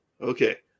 Okay